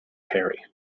carry